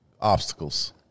obstacles